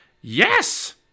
yes